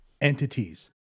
entities